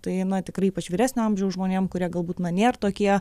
tai tikrai ypač vyresnio amžiaus žmonėm kurie galbūt na nėr tokie